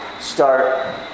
Start